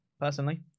personally